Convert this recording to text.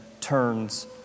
turns